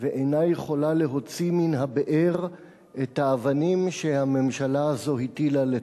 ואינה יכולה להוציא מן הבאר את האבנים שהממשלה הזו הטילה לתוכה.